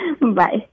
Bye